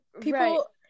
people